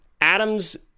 atoms